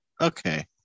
Okay